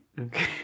okay